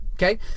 Okay